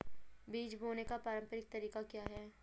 बीज बोने का पारंपरिक तरीका क्या है?